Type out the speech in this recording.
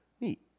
neat